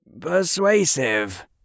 Persuasive